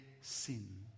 sin